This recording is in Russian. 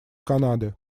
канады